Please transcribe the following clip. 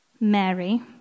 Mary